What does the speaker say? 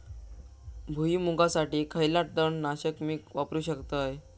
भुईमुगासाठी खयला तण नाशक मी वापरू शकतय?